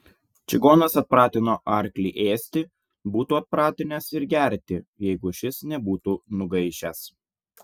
čigonas atpratino arklį ėsti būtų atpratinęs ir gerti jeigu šis nebūtų nugaišęs